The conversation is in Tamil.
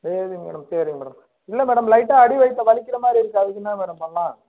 சரி மேடம் சரிங்க மேடம் இல்லை மேடம் லைட்டாக அடி வயிற்றை வலிக்கிற மாதிரி இருக்குது அதுக்கு என்ன மேடம் பண்ணலாம்